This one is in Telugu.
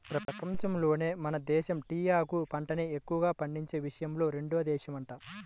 పెపంచంలోనే మన దేశమే టీయాకు పంటని ఎక్కువగా పండించే విషయంలో రెండో దేశమంట